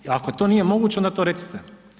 Ako to nije moguće, onda to recite.